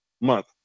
month